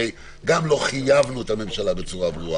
הרי גם לא חייבנו את הממשלה בצורה ברורה,